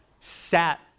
sat